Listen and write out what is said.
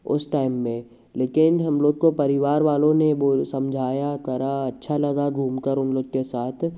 उस टाइम में लेकिन हम लोग को परिवार वालों ने वो समझाया करा अच्छा लगा घूमकर उन लोग के साथ